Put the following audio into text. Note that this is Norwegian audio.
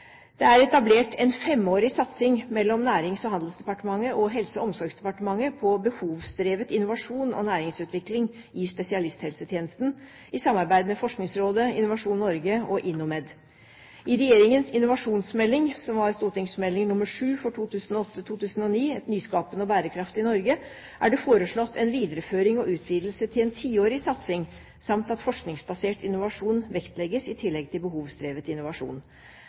Det er etablert en femårig satsing mellom Nærings- og handelsdepartementet og Helse- og omsorgsdepartementet på behovsdrevet innovasjon og næringsutvikling i spesialisthelsetjenesten, i samarbeid med Forskningsrådet, Innovasjon Norge og InnoMed. I regjeringens innovasjonsmelding, St.meld. nr. 7 for 2008–2009, Et nyskapende og bærekraftig Norge, er det foreslått en videreføring og en utvidelse til en tiårig satsing samt at forskningsbasert innovasjon vektlegges i tillegg til behovsdrevet innovasjon.